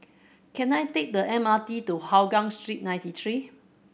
can I take the M R T to Hougang Street Ninety Three